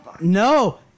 No